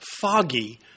foggy